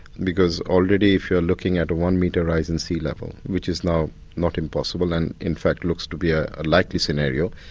because already if you are looking at a one metre rise in sea level, which is now not impossible and in fact looks to be a likely scenario,